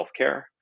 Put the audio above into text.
healthcare